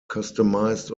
customised